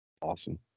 Awesome